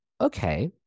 okay